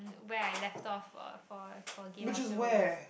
where I left off for for for Game-of-Thrones